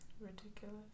Ridiculous